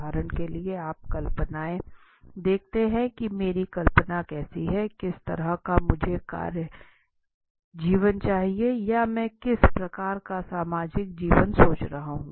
उदाहरण के लिए आप कल्पनाएँ देखते हैं कि मेरी कल्पनाएँ कैसी हैं किस तरह का मुझे कार्य जीवन चाहिए या मैं किस प्रकार का सामाजिक जीवन सोच रहा हूँ